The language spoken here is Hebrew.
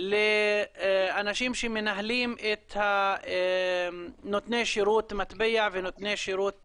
לאנשים שמנהלים את נותני שרות מטבע ונותני שרות